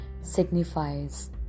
signifies